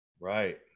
right